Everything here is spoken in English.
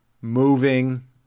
moving